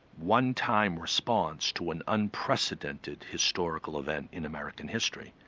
one-time response to an unprecedented historical event in american history,